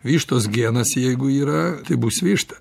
vištos genas jeigu yra tai bus višta